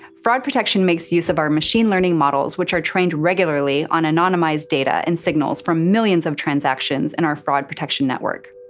fraud protection makes use of our machine learning models which are trained regularly on anonymized data and signals from millions of transactions in and our fraud protection network.